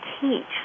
teach